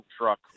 truck